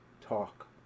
talk